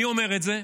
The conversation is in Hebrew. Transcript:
מי אומר את זה?